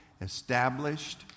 established